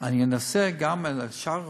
לפחות אני אנסה גם את שאר הרופאים,